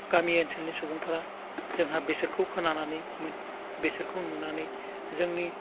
गामि ओनसोलनि सुबुंफोरा जोंहा बिसोरखौ खोनानानै बिसोरखौ नुनानै जोंनि